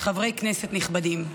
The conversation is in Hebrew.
חברי כנסת נכבדים,